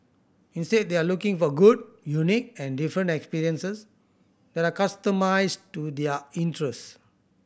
instead they are looking for good unique and different experiences that are customised to their interests